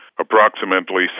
approximately